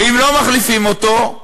ואם לא מחליפים אותו,